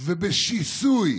ובשיסוי